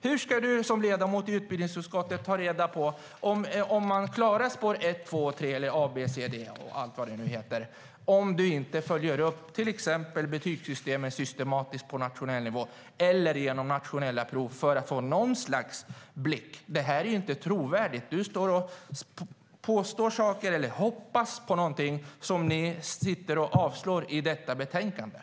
Hur ska Håkan Bergman som ledamot i utbildningsutskottet ta reda på om en elev klarar spår ett, två, tre, A, B, C, D och allt vad det heter, om han inte följer upp betygssystemet systematiskt på nationell nivå eller genom nationella prov för att få något slags blick? Det är inte trovärdigt. Håkan Bergman påstår saker eller hoppas på något som ni avstyrker i betänkandet.